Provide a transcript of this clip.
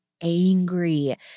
angry